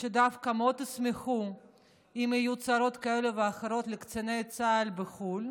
שדווקא מאוד ישמחו אם יהיו צרות כאלה ואחרות לקציני צה"ל בחו"ל,